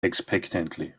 expectantly